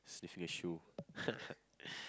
sniffing a shoe